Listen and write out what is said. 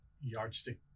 yardstick